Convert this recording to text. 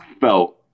felt